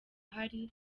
ahari